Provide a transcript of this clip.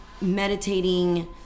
meditating